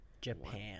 Japan